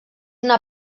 una